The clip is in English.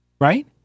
right